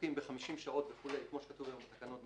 מסתפקים ב-50 שעות כמו שכתוב בתקנות.